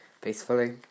peacefully